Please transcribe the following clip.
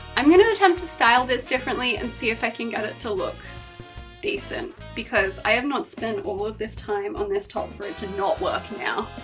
i'm going to attempt to style this differently and see if i can get it to look decent because i have not spent all of this time on this top for it to not work now.